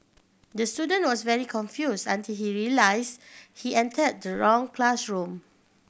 the student was very confused until he realised he entered the wrong classroom